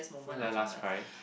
when I was last cried